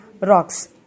rocks